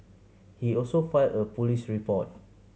he also filed a police report